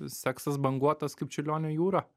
seksas banguotas kaip čiurlionio jūra